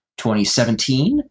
2017